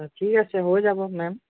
ঠিক আছে হৈ যাব মেম